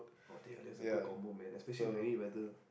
!wah! teh halia is a good combo man especially in rainy weather